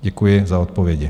Děkuji za odpovědi.